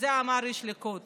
את זה אמר איש ליכוד